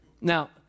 Now